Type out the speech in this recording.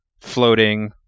floating